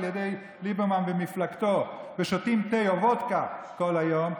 ידי ליברמן ומפלגתו ושותים תה או וודקה כל היום,